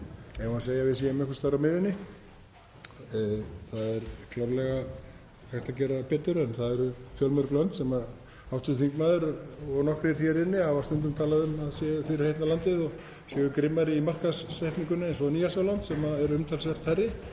við að segja að við séum einhvers staðar á miðjunni? Það er klárlega hægt að gera betur. En það eru fjölmörg lönd sem hv. þingmaður og nokkrir hér inni hafa stundum talað um að séu fyrirheitna landið og séu grimmari í markaðssetningunni, eins og t.d. Nýja-Sjáland sem er umtalsvert hærri